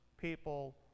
people